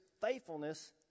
faithfulness